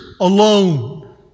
alone